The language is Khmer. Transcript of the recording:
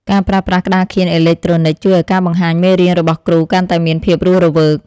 ការប្រើប្រាស់ក្តារខៀនអេឡិចត្រូនិកជួយឱ្យការបង្ហាញមេរៀនរបស់គ្រូកាន់តែមានភាពរស់រវើក។